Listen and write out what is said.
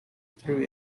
through